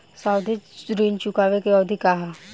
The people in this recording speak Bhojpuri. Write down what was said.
सावधि ऋण चुकावे के अवधि का ह?